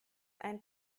ein